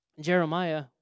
jeremiah